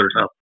up